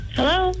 Hello